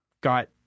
got